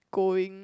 going